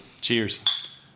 Cheers